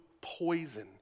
poison